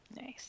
Nice